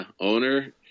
owner